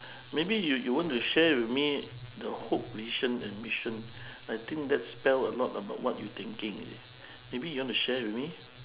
maybe you you want to share with me the hope vision and mission I think that spell a lot about what you thinking you see maybe you want to share with me